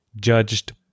judged